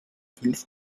fünf